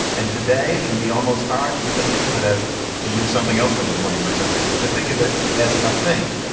and today can be almost hard to even think of it as to use something else from the twenty first century, to think of it as a thing.